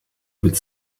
with